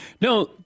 No